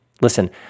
Listen